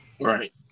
Right